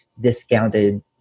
discounted